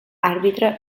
àrbitre